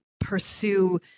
pursue